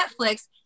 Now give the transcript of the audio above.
Netflix